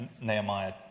Nehemiah